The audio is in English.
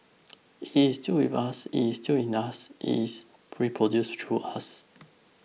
it's still with us it's still in us it is reproduced through us